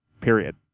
period